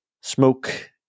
smoke